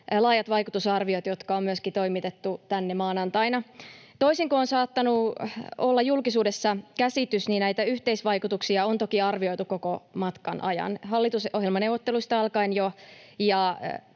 laajat vaikutusarviot, jotka on myöskin toimitettu tänne maanantaina. Toisin kuin on saattanut olla julkisuudessa käsitys, niin näitä yhteisvaikutuksia on toki arvioitu koko matkan ajan, jo hallitusohjelmaneuvotteluista alkaen ja